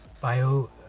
bio